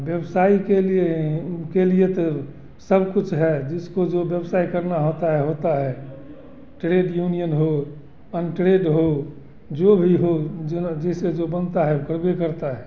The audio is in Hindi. व्यवसाय के लिए ही उनके लिए तो सब कुछ है जिसको जो व्यवसाय करना होता है होता है ट्रेड यूनियन हो अनट्रेड हो जो भी हो जोना जिसे जो बनता है वो करबै करता है